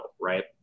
right